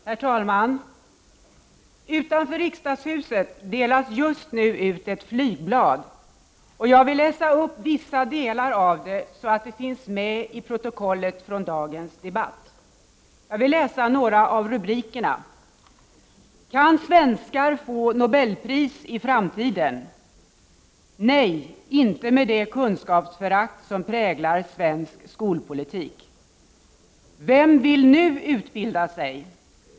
Herr talman! Utanför riksdagshuset delas just nu ut ett flygblad. Jag vill läsa upp vissa delar av det så att det finns med i protokollet från dagens de batt. Jag vill läsa upp några av rubrikerna. ”Kan svenskar få nobelpris i framtiden? Nej, inte med det kunskapsförakt som präglar svensk skolpolitik! Vem vill nu utbilda sig?